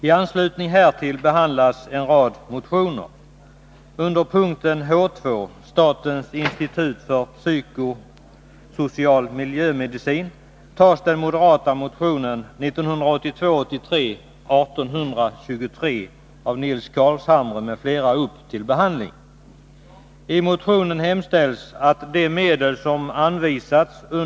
I anslutning härtill behandlas en rad motioner.